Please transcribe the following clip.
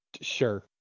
Sure